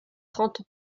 trente